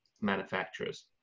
manufacturers